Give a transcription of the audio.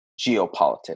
geopolitics